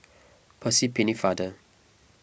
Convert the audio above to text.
Percy Pennefather